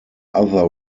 other